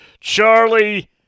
Charlie